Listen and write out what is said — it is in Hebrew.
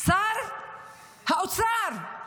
שר האוצר,